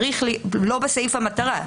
לא בסעיף המטרה.